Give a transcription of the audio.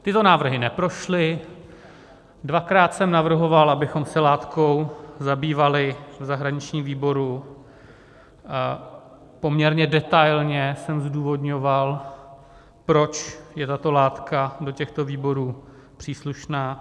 Tyto návrhy neprošly, dvakrát jsem navrhoval, abychom se látkou zabývali v zahraničním výboru, poměrně detailně jsem zdůvodňoval, proč je tato látka do těchto výborů příslušná.